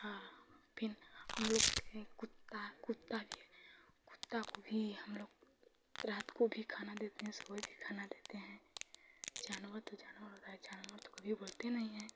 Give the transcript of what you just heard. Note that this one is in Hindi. फिर हमलोग के कुत्ता कुत्ता के कुत्ता को भी हमलोग रात को भी खाना देते हैं सुबह को भी खाना देते हैं जानवर तो जानवर है जानवर तो कभियो बोलते नहीं हैं